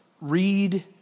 read